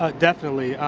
ah definitely.